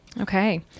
Okay